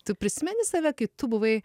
tu prisimeni save kai tu buvai